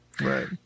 Right